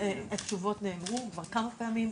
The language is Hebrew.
התשובות נאמרו כבר כמה פעמים,